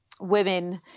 women